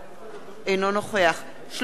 אינו נוכח שלמה מולה,